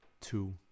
two